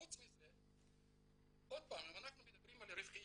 חוץ מזה, עוד פעם אם אנחנו מדברים על רווחיות,